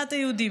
במדינת היהודים,